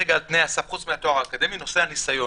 לוועדת הבוחנים ואומרים: זה נראה משהו פיקטיבי.